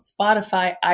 spotify